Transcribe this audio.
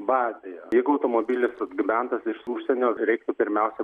bazėje jeigu automobilis atgabentas iš užsienio reiktų pirmiausia